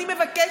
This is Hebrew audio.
אני מבקשת.